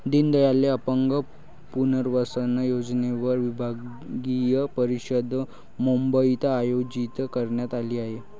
दीनदयाल अपंग पुनर्वसन योजनेवर विभागीय परिषद मुंबईत आयोजित करण्यात आली आहे